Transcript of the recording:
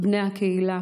בני הקהילה.